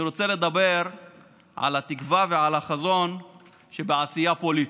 אני רוצה לדבר על התקווה ועל החזון שבעשייה פוליטית.